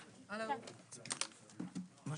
הישיבה ננעלה בשעה 13:47.